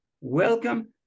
Welcome